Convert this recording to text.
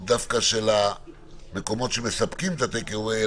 של המקומות שמספקים את הטייק אוויי,